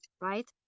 right